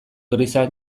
grisa